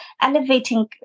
elevating